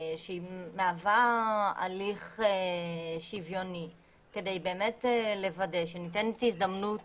שמהווה הליך שוויוני כדי לוודא שניתנת הזדמנות